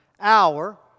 hour